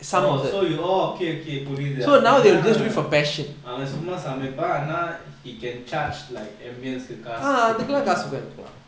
oh so you oh okay okay புரியுது அவன் சும்மா சமைப்பான் ஆனா:puriyuthu avan summa samaippan aana he can charge like every meals கு காசு:ku kasu